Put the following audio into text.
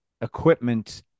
equipment